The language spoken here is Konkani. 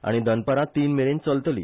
आनी दनपारां तीन मेरेन चलतली